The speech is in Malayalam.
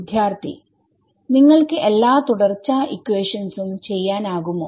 വിദ്യാർത്ഥി നിങ്ങൾക്ക് എല്ലാ തുടർച്ച ഇക്വേഷൻസും ചെയ്യാനാകുമോ